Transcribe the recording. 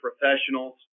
professionals